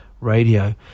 radio